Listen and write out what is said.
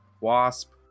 Wasp